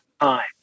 time